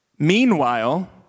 Meanwhile